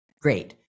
great